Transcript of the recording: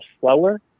slower